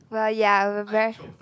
well ya I'm a very